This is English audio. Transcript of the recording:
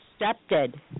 accepted